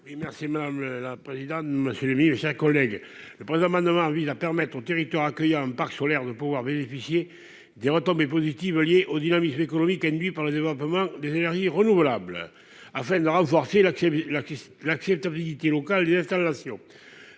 Merci madame la présidente, monsieur le 1000 chers collègues le présent amendement vise à permettre aux territoires accueillant parc solaire de pouvoir bénéficier des retombées positives liées au dynamisme économique induit par le débordement des énergies renouvelables afin de renforcer la la l'acceptabilité locale des installations.